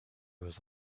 was